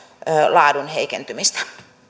laadun heikentymistä